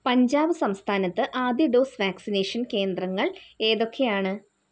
പഞ്ചാബ് സംസ്ഥാനത്ത് ആദ്യ ഡോസ് വാക്സിനേഷൻ കേന്ദ്രങ്ങൾ ഏതൊക്കെയാണ്